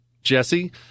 Jesse